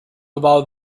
about